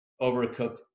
overcooked